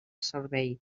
servei